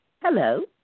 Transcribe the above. Hello